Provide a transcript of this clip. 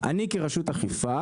אני כרשות אכיפה,